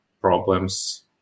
problems